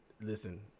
listen –